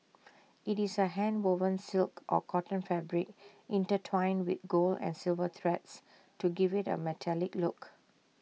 IT is A handwoven silk or cotton fabric intertwined with gold and silver threads to give IT A metallic look